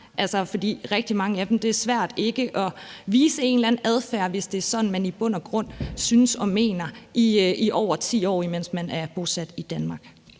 for rigtig mange af dem er det svært ikke at vise en eller anden adfærd, hvis det er sådan, de i bund og grund synes og mener, i over 10 år, mens de er bosat i Danmark.